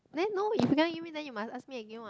then no if you cannot give me then you must ask me again what